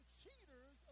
cheaters